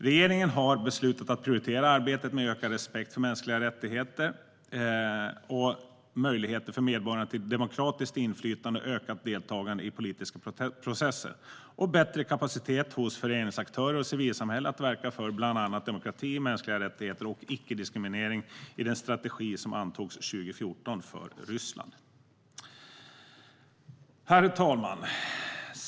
Regeringen har beslutat att prioritera arbetet med ökad respekt för mänskliga rättigheter och för medborgarnas möjligheter till demokratiskt inflytande, ökat deltagande i politiska processer och högre kapacitet hos förändringsaktörer och civilsamhälle att verka för bland annat demokrati, mänskliga rättigheter och icke-diskriminering i den strategi som antogs 2014 för Ryssland. Herr talman!